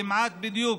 כמעט בדיוק.